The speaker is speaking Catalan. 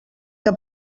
què